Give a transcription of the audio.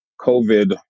COVID